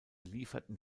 lieferten